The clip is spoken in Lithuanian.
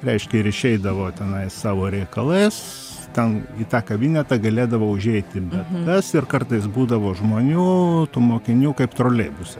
reiškia ir išeidavo tenais savo reikalais ten į tą kabinetą galėdavo užeiti bet kas ir kartais būdavo žmonių tų mokinių kaip troleibuse